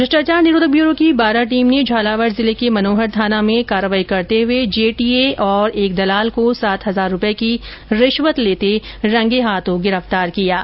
भ्रष्टाचार निरोधक ब्यूरो की बारां टीम ने झालावाड़ जिले के मनोहरथाना में कार्रवाई करते हुए जेटीए और एक दलाल को सात हजार रूपए की रिश्वत लेते रंगे हाथों गिरफ़्तार किया है